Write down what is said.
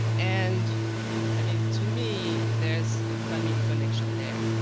and i mean, to me there's a family connection there.